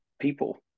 people